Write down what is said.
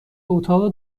اتاق